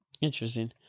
Interesting